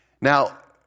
Now